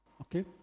Okay